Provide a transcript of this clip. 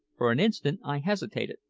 for an instant i hesitated,